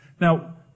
Now